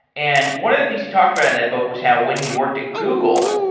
and one of the things he talked about in that book was how when he worked at google,